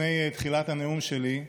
לפני תחילת הנאום שלי,